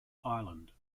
island